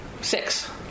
six